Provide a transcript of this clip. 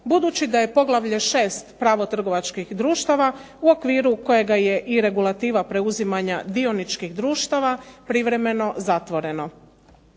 budući da je poglavlje 6. pravo trgovačkih društava u okviru kojega je i regulativa preuzimanja dioničkih društava privremeno zatvoreno.